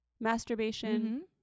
Masturbation